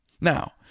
Now